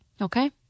Okay